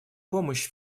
помощь